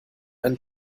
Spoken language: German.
einen